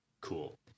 Cool